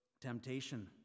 temptation